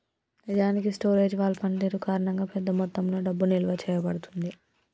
నిజానికి storage wall పనితీరు కారణంగా పెద్ద మొత్తంలో డబ్బు నిలువ చేయబడుతుంది